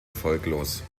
erfolglos